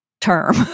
term